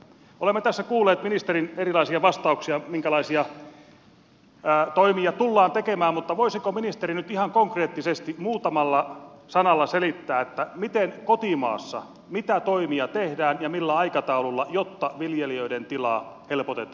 olemme tässä kuulleet ministerin erilaisia vastauksia siihen minkälaisia toimia tullaan tekemään mutta voisiko ministeri nyt ihan konkreettisesti muutamalla sanalla selittää mitä toimia kotimaassa tehdään ja millä aikataululla jotta viljelijöiden tilaa helpotetaan nykyisestä